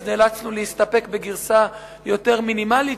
אז נאלצנו להסתפק בגרסה יותר מינימלית,